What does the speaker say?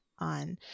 on